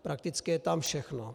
Prakticky je tam všechno.